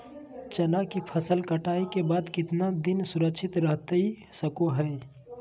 चना की फसल कटाई के बाद कितना दिन सुरक्षित रहतई सको हय?